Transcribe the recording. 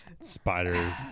spiders